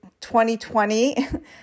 2020